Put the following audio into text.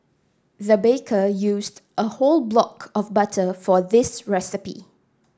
the baker used a whole block of butter for this recipe